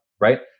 Right